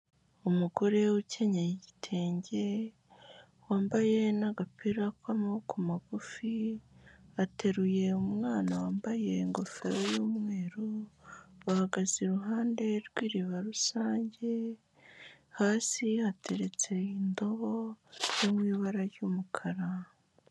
Umugore ukenyeye igitenge wambaye n'agapira k'amaboko magufi, ateruye umwana wambaye ingofero y'umweru, bahagaze iruhande rw'iriba rusange, hasi hateretse indobo yo mu ibara ry'umukara.